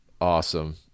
Awesome